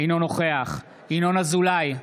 אינו נוכח ינון אזולאי,